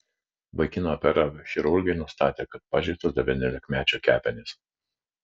vaikiną operavę chirurgai nustatė kad pažeistos devyniolikmečio kepenys